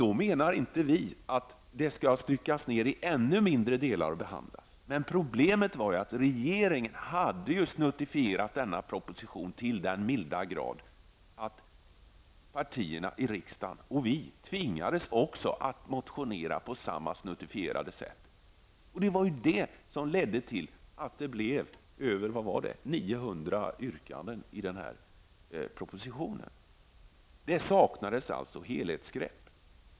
Vi menar inte att ärendet skall styckas ner i ännu mindre delar och behandlas. Problemet var att regeringen hade snuttifierat propositionen så till den milda grad att partierna i riksdagen och även vi i miljöpartiet tvingades att väcka motioner på samma snuttifierade sätt. Det var detta som ledde till att det blev över 900 yrkanden med anledning av denna proposition. Det saknades alltså helhetsgrepp.